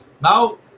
Now